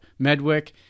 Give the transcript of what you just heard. Medwick